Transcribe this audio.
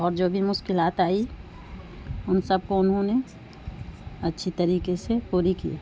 اور جو بھی مشکلات آئی ان سب کو انہوں نے اچھی طریقے سے پوری کی